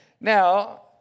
now